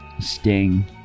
Sting